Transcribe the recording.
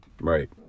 Right